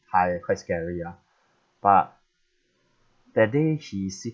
high quite scary ah but that day he sitting